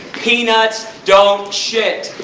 peanuts don't shit!